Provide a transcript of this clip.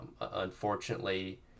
unfortunately